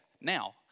now